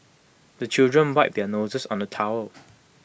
the children wipe their noses on the towel